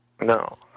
No